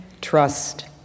trust